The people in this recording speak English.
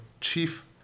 chief